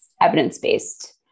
evidence-based